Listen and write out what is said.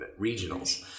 regionals